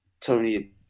tony